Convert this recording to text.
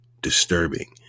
disturbing